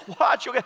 watch